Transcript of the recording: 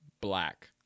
black